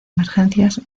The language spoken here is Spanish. emergencias